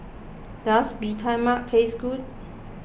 does Bee Tai Mak taste good